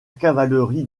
cavalerie